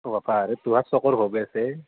ক'ব পাৰ তোহাৰ চকে ভৱে আছে